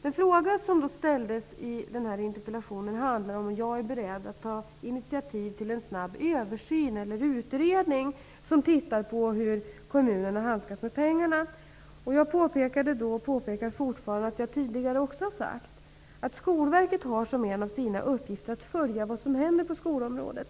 I interpellationen finns en fråga om huruvida jag är beredd att ta initiativ till en snabb översyn/utredning som tittar på hur kommunerna handskas med pengarna. Jag har tidigare påpekat, och jag upprepar nu, att Skolverket som en av sina uppgifter har att följa vad som händer på skolområdet.